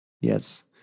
Yes